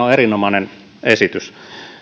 on erinomainen esitys